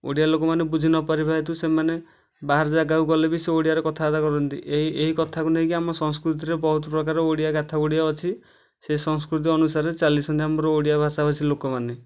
ଓଡ଼ିଆ ଲୋକମାନେ ବୁଝି ନ ପାରିବା ହେତୁ ସେମାନେ ବାହାର ଜାଗାକୁ ଗଲେ ବି ସେ ଓଡ଼ିଆରେ କଥାବାର୍ତ୍ତା କରନ୍ତି ଏହି ଏହି କଥାକୁ ନେଇକି ଆମ ସଂସ୍କୃତିରେ ବହୁତ ପ୍ରକାର ଓଡ଼ିଆ ଗାଥା ଗୁଡ଼ିଏ ଅଛି ସେ ସଂସ୍କୃତି ଅନୁସାରେ ଚାଲିଛନ୍ତି ଆମର ଓଡ଼ିଆ ଭାଷାଭାଷୀ ଲୋକମାନେ